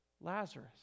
Lazarus